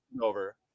over